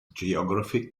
geography